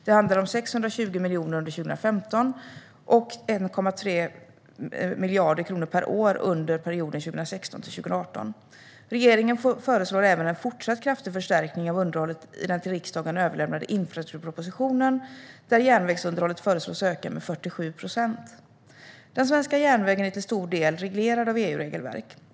Det handlade om 620 miljoner kronor under 2015 och handlar om 1,3 miljarder kronor per år under perioden 2016-2018. Regeringen föreslår även en fortsatt kraftig förstärkning av underhållet i den till riksdagen överlämnade infrastrukturpropositionen, där järnvägsunderhållet föreslås öka med 47 procent. Den svenska järnvägen är till stor del reglerad av EU-regelverk.